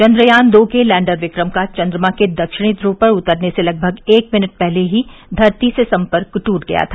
चन्द्रयान दो के लैंडर विक्रम का चन्द्रमा के दक्षिणी ध्रव पर उतरने से लगभग एक मिनट पहले ही धरती से सम्पर्क दूट गया था